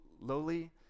lowly